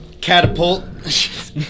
Catapult